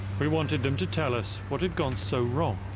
we wanted them to tell us what had gone so wrong.